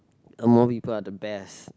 among people are the best